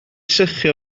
sychu